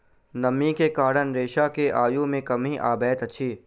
नमी के कारण रेशा के आयु मे कमी अबैत अछि